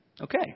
Okay